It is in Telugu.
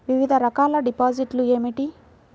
వివిధ రకాల డిపాజిట్లు ఏమిటీ?